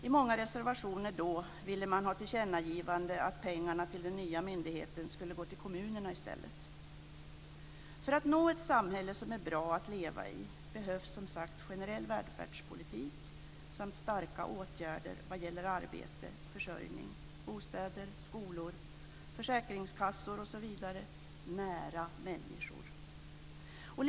I många reservationer ville man då ha ett tillkännagivande att pengarna till den nya myndigheten skulle gå till kommunerna i stället. För att nå ett samhälle som är bra att leva i behövs som sagt generell välfärdspolitik samt starka åtgärder vad gäller arbete, försörjning, bostäder, skolor, försäkringskassor, osv. nära människor.